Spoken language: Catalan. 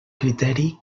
criteri